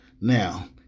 Now